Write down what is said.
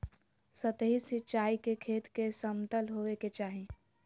सतही सिंचाई के खेत के समतल होवे के चाही